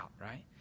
right